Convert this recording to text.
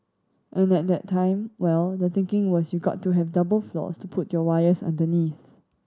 and at that time well the thinking was you got to have double floors to put your wires underneath